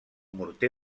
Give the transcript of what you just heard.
morter